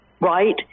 right